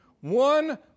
One